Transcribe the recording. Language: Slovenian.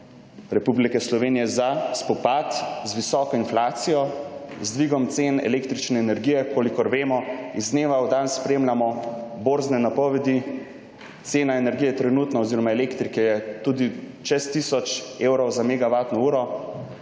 Republike Slovenije za spopad z visoko inflacijo, z dvigom cen električne energije, kolikor vemo, iz dneva v dan spremljamo borzne napovedi. Cena energije trenutno oziroma elektrike tudi čez tisoč evrov za MW uro.